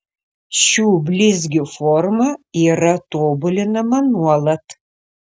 šių blizgių forma yra tobulinama nuolat